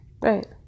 right